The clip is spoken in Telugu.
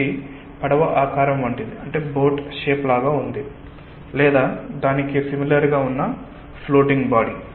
ఇది పడవ ఆకారం వంటిది లేదా దానికి సిమిలర్ గా ఉన్న ఫ్లోటింగ్ బాడీ